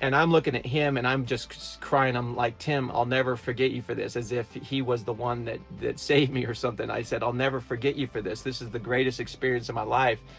and i'm looking at him and i'm just crying, i'm like tim i'll never forget you for this! as if he was the one that that saved me or something. i said i'll never forget you for this! this is the greatest experience of my life!